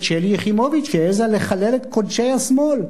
שלי יחימוביץ שהעזה לחלל את קודשי השמאל.